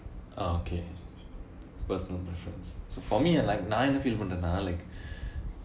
ah okay personal preference so for me at like நா என்ன:naa enna feel பண்றேனா:pandraenaa like